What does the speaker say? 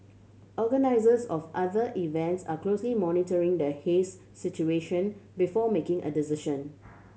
organisers of other events are closely monitoring the haze situation before making a decision